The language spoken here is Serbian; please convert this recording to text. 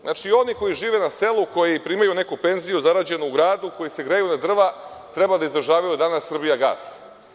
Znači, oni koji žive na selu, koji primaju neku penziju zarađenu u gradu, koji se greju na drva treba da izdržavaju danas „Srbijagas“